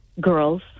girls